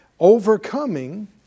overcoming